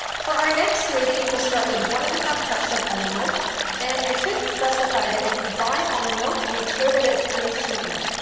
for our next smoothie we'll start with one and a half cups of almond milk and i should specify that if you buy almond milk, make sure that it's unsweetened.